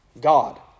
God